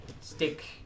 stick